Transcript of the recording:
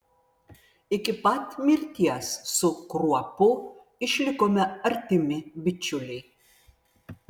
iki pat mirties su kruopu išlikome artimi bičiuliai